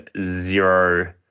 zero